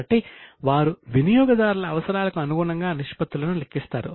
కాబట్టి వారు వినియోగదారుల అవసరాలకు అనుగుణంగా నిష్పత్తులను లెక్కిస్తారు